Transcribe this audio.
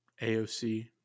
AOC